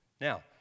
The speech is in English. Now